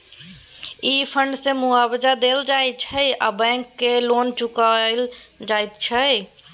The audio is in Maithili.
ई फण्ड सँ मुआबजा देल जाइ छै आ बैंक केर लोन चुकाएल जाइत छै